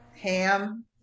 ham